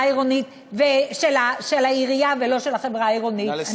העירונית ושל העירייה ולא של החברה העירונית.